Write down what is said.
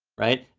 right,